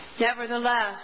Nevertheless